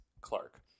Clark